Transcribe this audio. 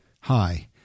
Hi